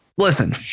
Listen